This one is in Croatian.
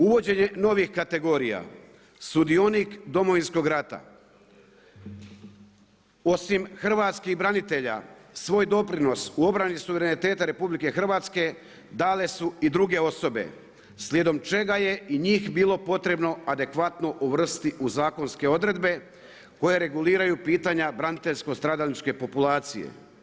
Uvođenje novih kategorija, sudionik Domovinskog rata, osim hrvatskih branitelja, svoj doprinos u obrani suvereniteta RH dale su i druge osobe, slijedom čega je i njih bilo potrebno adekvatno uvrstiti u zakonske odredbe koje reguliraju pitanja braniteljsko stradalačke populacije.